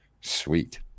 sweet